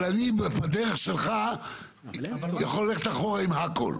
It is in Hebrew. אבל, אני, בדרך שלך יכול ללכת אחורה עם הכל.